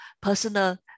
personal